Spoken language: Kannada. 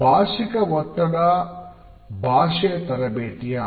ಭಾಷಿಕ ಒತ್ತಡ ಭಾಷೆಯ ತರಬೇತಿಯ ಅಂಗ